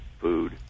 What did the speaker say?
food